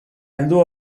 heldu